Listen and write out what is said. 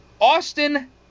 Austin